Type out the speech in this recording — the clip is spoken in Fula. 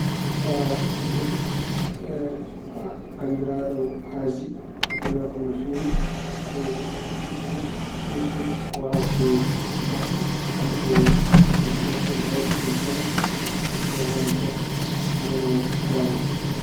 Sifaa ndefu ganndiraaɗo Asi mbeloo kam no feewi ko juɗgol, irtude, waasde defde. Kamɓe ɓe njuɗan ko ɓuri heewde ɓe njuɗan. Ɓe e keewaani defde hono no ga ni.